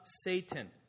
Satan